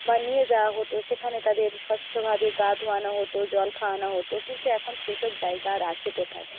বা নিয়ে যাওয়া হতো সেখানে তাদের স্বচ্ছভাবে গা ধোয়ানো হতো জল খাওয়ানো হতো কিন্তু এখন সে সব জায়গা আর আছে কোথায়